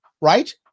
right